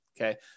Okay